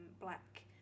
black